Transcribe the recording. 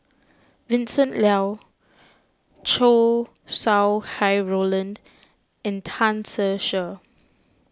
Vincent Leow Chow Sau Hai Roland and Tan Ser Cher